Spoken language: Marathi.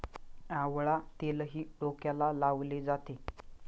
आवळा तेलही डोक्याला लावले जाते